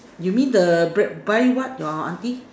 you mean the bread buy what your auntie